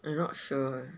I not sure eh